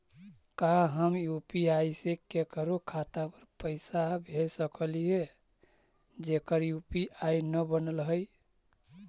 का हम यु.पी.आई से केकरो खाता पर पैसा भेज सकली हे जेकर यु.पी.आई न बनल है?